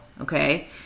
Okay